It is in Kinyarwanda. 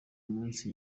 umunsi